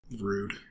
Rude